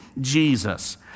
Jesus